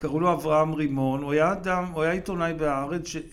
קראו לו אברהם רימון הוא היה עיתונאי ב"הארץ" ש